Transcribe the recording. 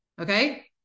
Okay